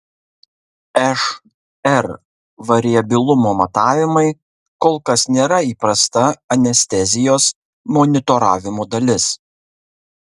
šr variabilumo matavimai kol kas nėra įprasta anestezijos monitoravimo dalis